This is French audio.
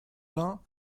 vingts